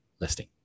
listing